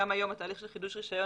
גם היום בתהליך של חידוש רישיון